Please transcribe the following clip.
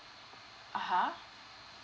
(uh huh)